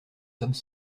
sommes